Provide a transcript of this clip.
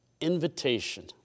Invitation